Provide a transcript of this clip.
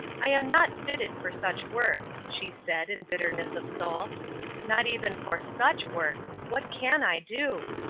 i am not fitted for such work, she said, in bitterness of soul not even for such work what can i do?